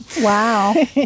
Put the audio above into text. Wow